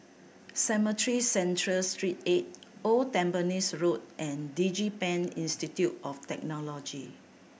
Cemetry Central Street Eight Old Tampines Road and DigiPen Institute of Technology